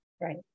Right